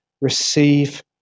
receive